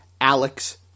Alex